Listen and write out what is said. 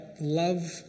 love